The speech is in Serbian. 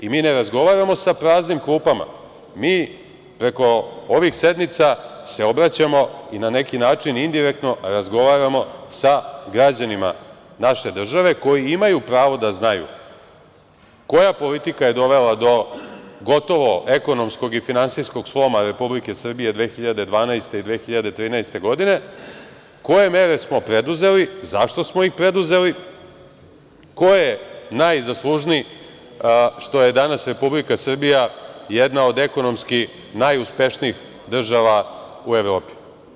Mi ne razgovaramo sa praznim klupama, mi preko ovih sednica se obraćamo i na neki način indirektno razgovaramo sa građanima naše države koji imaju pravo da znaju koja politika je dovela do gotovo ekonomskog i finansijskog sloma Republike Srbije 2012. i 2013. godine, koje mere smo preduzeli, zašto smo ih preduzeli, ko je najzaslužniji što je danas Republika Srbija jedna od ekonomski najuspešnijih država u Evropi.